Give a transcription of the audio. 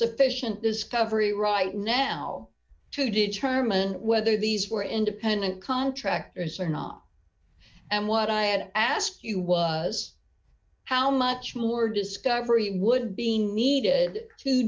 sufficient discovery right now to determine whether these were independent contractors or not and what i had asked you was how much more discovery would be needed to